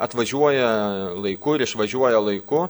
atvažiuoja laiku ir išvažiuoja laiku